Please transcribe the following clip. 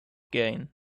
gain